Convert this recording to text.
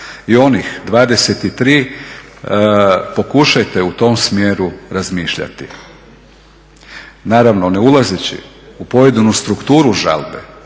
i onih 23 pokušajte u tom smjeru razmišljati. Naravno ne ulazeći u pojedinu strukturu žalbe